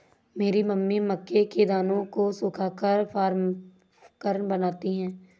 मेरी मम्मी मक्के के दानों को सुखाकर पॉपकॉर्न बनाती हैं